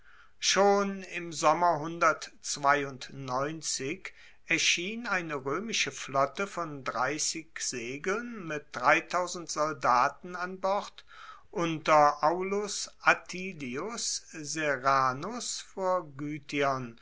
schon im sommer erschien eine roemische flotte von segeln mit soldaten an bord unter aulus atilius serranus vor